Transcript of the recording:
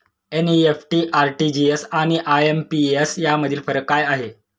NEFT, RTGS आणि IMPS यामधील फरक काय आहे?